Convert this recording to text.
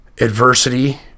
adversity